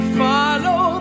follow